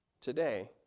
today